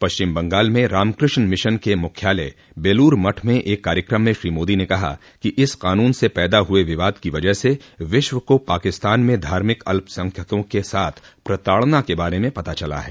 पश्चिम बंगाल में रामकृष्ण मिशन के मुख्यालय बेलूर मठ में एक कार्यक्रम में श्री मोदी ने कहा कि इस कानून से पैदा हुए विवाद की वजह से विश्व को पाकिस्तान में धार्मिक अल्पसंख्यकों के साथ प्रताड़ना के बारे में पता चला है